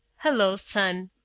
hello, son,